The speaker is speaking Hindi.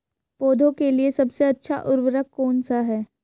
पौधों के लिए सबसे अच्छा उर्वरक कौन सा है?